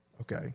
Okay